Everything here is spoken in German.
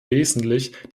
wesentlich